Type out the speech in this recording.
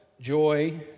joy